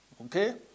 Okay